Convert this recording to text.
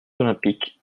olympiques